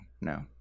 No